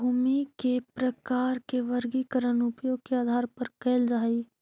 भूमि के प्रकार के वर्गीकरण उपयोग के आधार पर कैल जा हइ